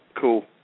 cool